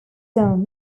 dan